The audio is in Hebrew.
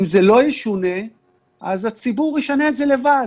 אם זה לא ישונה אז הציבור ישנה את זה לבד,